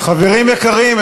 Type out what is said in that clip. חברים יקרים,